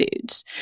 foods